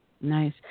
Nice